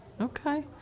Okay